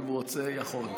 אם רוצה יכול.